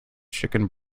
chicken